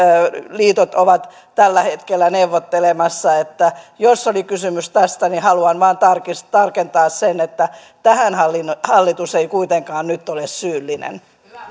liitot ovat tällä hetkellä neuvottelemassa jos oli kysymys tästä niin haluan vain tarkentaa että tähän hallitus ei kuitenkaan nyt ole syyllinen